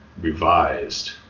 revised